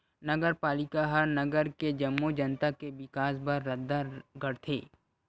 नगरपालिका ह नगर के जम्मो जनता के बिकास बर रद्दा गढ़थे